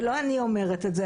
ולא אני אומרת את זה,